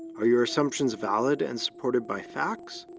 are your assumptions valid and supported by facts?